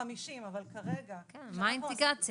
מה האינדיקציה?